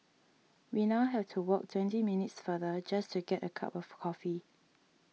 we now have to walk twenty minutes farther just to get a cup of coffee